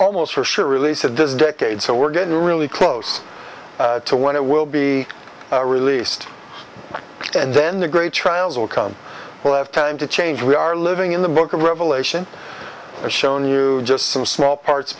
almost for sure release it does a decade so we're getting really close to one it will be released and then the great trials will come when i have time to change we are living in the book of revelation and shown you just some small parts